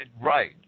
right